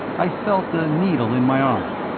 i felt the needle in my arm.